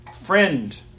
friend